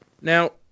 Now